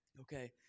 Okay